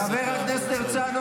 חבר הכנסת הרצנו,